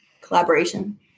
collaboration